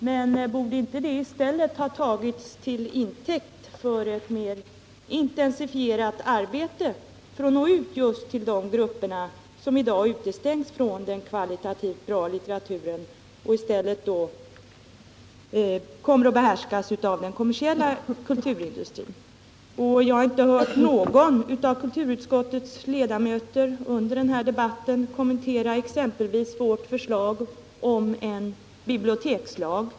Men borde inte det i stället ha tagits till intäkt för ett mer intensifierat arbete för att nå ut just till de grupper som i dag utestängs från den kvalitativt goda litteraturen, grupper som i stället behärskas av den kommersiella kulturindustrin? Jag har inte hört någon av kulturutskottets ledamöter under den här debatten kommentera exempelvis vårt förslag om en bibliotekslag.